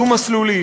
דו-מסלולי,